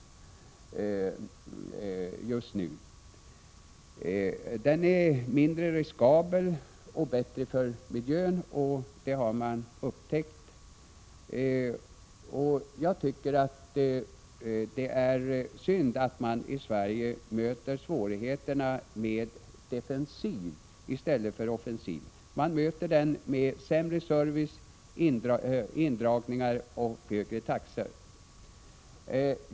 Där har man upptäckt att den är mindre riskabel och att den är bättre för miljön. Jag tycker att det är synd att man i Sverige möter svårigheterna defensivt i stället för offensivt. Man möter dem med sämre service, indragningar och höga taxor.